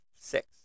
Six